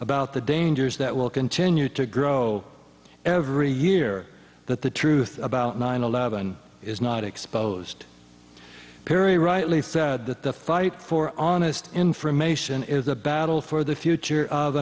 about the dangers that will continue to grow every year that the truth about nine eleven is not exposed perry rightly said that the fight for honest information is a battle for the future of